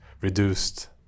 reduced